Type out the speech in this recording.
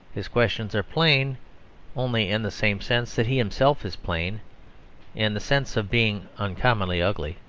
his questions are plain only in the same sense that he himself is plain in the sense of being uncommonly ugly.